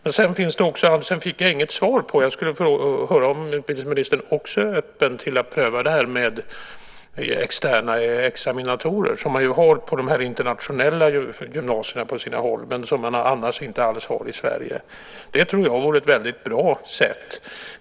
Men sedan fick jag inget svar på om utbildningsministern också är öppen för att pröva detta med externa examinatorer, något som man har på internationella gymnasier på sina håll men som vi annars inte alls har i Sverige. Det tror jag vore ett väldigt bra sätt.